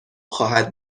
خواهد